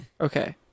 Okay